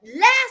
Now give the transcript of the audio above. last